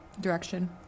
direction